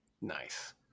Nice